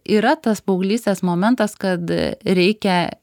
yra tas paauglystės momentas kad reikia